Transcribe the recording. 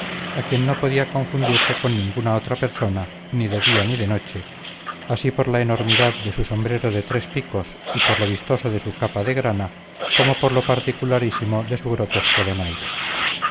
a quien no podía confundirse con ninguna otra persona ni de día ni de noche así por la enormidad de su sombrero de tres picos y por lo vistoso de su capa de grana como por lo particularísimo de su grotesco donaire